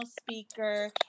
speaker